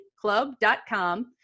club.com